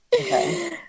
Okay